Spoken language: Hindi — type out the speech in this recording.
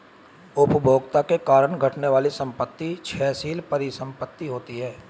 उपभोग के कारण घटने वाली संपत्ति क्षयशील परिसंपत्ति होती हैं